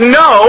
no